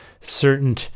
certain